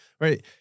Right